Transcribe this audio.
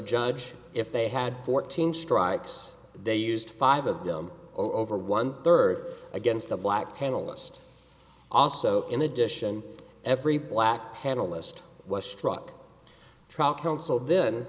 judge if they had fourteen strikes they used five of them over one third against the black panelist also in addition every black panelist was struck trial counsel then